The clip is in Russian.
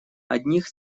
одних